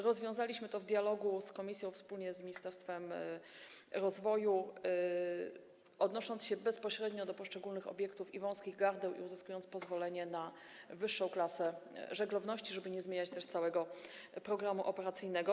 Rozwiązaliśmy to w dialogu z Komisją wspólnie z ministerstwem rozwoju, odnosząc się bezpośrednio do poszczególnych obiektów i wąskich gardeł i uzyskując pozwolenie na wyższą klasę żeglowności, żeby nie zmieniać też całego programu operacyjnego.